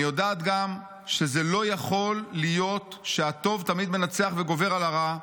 אני יודעת גם שזה לא יכול להיות שהטוב תמיד מנצח וגובר על הרע,